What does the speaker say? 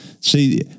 See